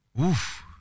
Oof